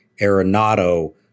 Arenado